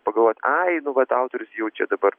pagalvot ai nu vat autorius jau čia dabar